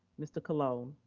mr. colon.